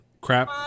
crap